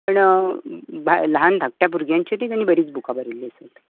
पूण ल्हान धाकट्या भुरग्यांचेरय तांणे बरीच बूकां बरयल्ली आसा